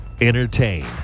entertain